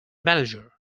manager